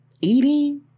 eating